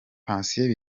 patient